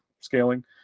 scaling